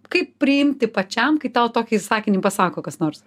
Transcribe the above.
kaip priimti pačiam kai tau tokį sakinį pasako kas nors